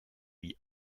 lui